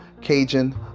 Cajun